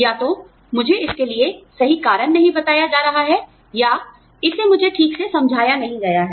या तो मुझे इसके लिए सही कारण नहीं बताया जा रहा है या इसे मुझे ठीक से समझाया नहीं गया है